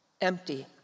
empty